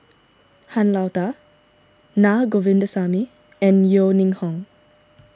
Han Lao Da Naa Govindasamy and Yeo Ning Hong